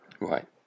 Right